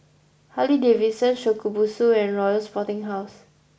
Harley Davidson Shokubutsu and Royal Sporting House